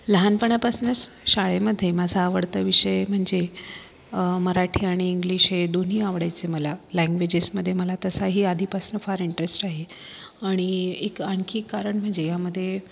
लहानपणापासूनच शाळेमध्ये माझा आवडता विषय म्हणजे मराठी आणि इंग्लिश हे दोन्ही आवडायचे मला लँग्वेजेसमध्ये मला तसाही आधीपासून फार इंटरेस्ट आहे आणि एक आणखी एक कारण म्हणजे यामध्ये